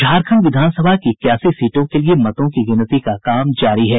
झारखंड विधानसभा की इक्यासी सीटों के लिए मतों की गिनती का काम जारी है